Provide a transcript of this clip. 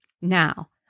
Now